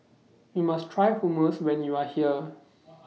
YOU must Try Hummus when YOU Are here